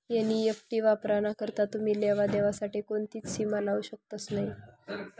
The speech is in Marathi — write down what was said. एन.ई.एफ.टी वापराना करता तुमी लेवा देवा साठे कोणतीच सीमा लावू शकतस नही